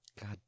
God